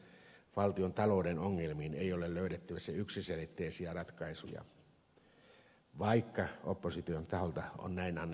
valtion talouden ongelmiin ei ole löydettävissä yksiselitteisiä ratkaisuja vaikka opposition taholta on näin annettu ymmärtää